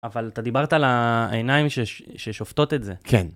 אבל אתה דיברת על העיניים ששופטות את זה. כן.